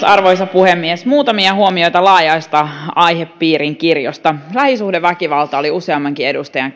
arvoisa puhemies muutamia huomioita aihepiirin laajasta kirjosta lähisuhdeväkivalta oli useammankin edustajan